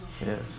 Yes